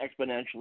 exponentially